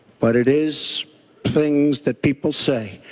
but it is things that people say,